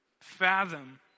fathom